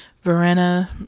Verena